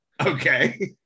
Okay